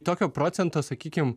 tokio procento sakykim